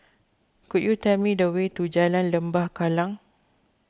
could you tell me the way to Jalan Lembah Kallang